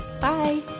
Bye